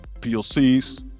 PLCs